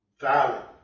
violent